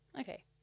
okay